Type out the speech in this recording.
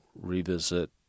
revisit